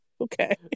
Okay